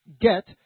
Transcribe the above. get